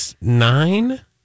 nine